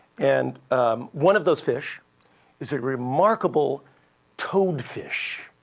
and one of those fish is a remarkable toadfish.